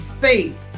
faith